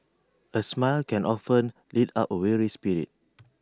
A smile can often lift up A weary spirit